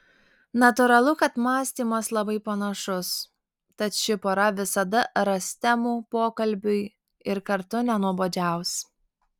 natūralu kad mąstymas labai panašus tad ši pora visada ras temų pokalbiui ir kartu nenuobodžiaus